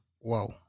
Wow